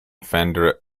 fender